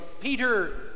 Peter